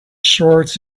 shorts